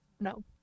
No